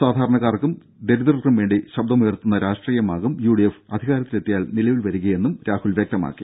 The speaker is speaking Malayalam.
സാധാരണക്കാർക്കും ദരിദ്രർക്കും വേണ്ടി ശബ്ദമുയർത്തുന്ന രാഷ്ട്രീയമാകും യുഡിഎഫ് അധികാരത്തിലെത്തിയാൽ നിലവിൽ വരികയെന്നും രാഹുൽ വ്യക്തമാക്കി